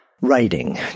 writing